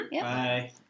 Bye